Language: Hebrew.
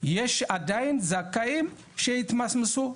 יש עדיין זכאים שהתמסמסו,